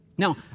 Now